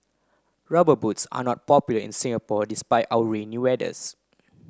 rubber boots are not popular in Singapore despite our rainy weathers